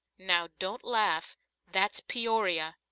now, don't laugh that's peoria!